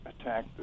attack